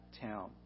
town